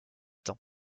temps